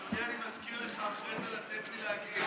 אדוני, אני מזכיר לך אחרי זה לתת לי להגיב.